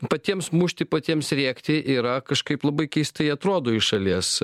patiems mušti patiems rėkti yra kažkaip labai keistai atrodo iš šalies